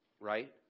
right